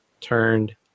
turned